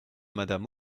madame